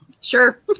Sure